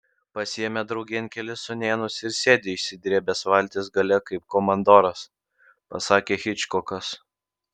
pasiėmė draugėn kelis sūnėnus ir sėdi išsidrėbęs valties gale kaip komandoras pasakė hičkokas